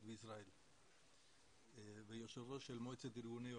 בישראל ויושב ראש של מועצת ארגוני העולים.